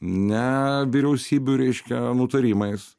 ne vyriausybių reiškia nutarimais